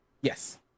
yes